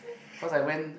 cause I went